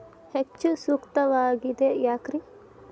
ಹೆಚ್ಚು ಸೂಕ್ತವಾಗಿದೆ ಯಾಕ್ರಿ?